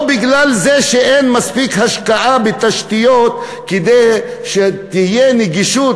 או כי אין מספיק השקעה בתשתיות כדי שתהיה נגישות